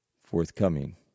forthcoming